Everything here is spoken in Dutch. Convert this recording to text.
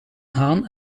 haan